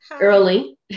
early